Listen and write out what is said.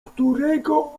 którego